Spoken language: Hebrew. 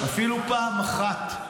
אפילו פעם אחת,